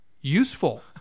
useful